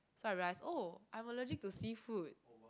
so I realise oh I'm allergic to seafood